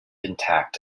intact